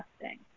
testing